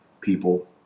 People